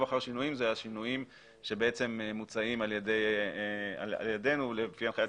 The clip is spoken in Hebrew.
אחר שינויים" אלה השינויים שמוצעים על ידינו לפי הנחיית